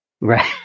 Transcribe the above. Right